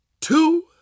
two